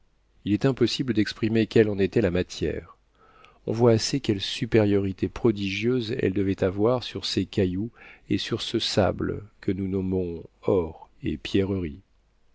il est impossible d'exprimer quelle en était la matière on voit assez quelle supériorité prodigieuse elle devait avoir sur ces cailloux et sur ce sable que nous nommons or et pierreries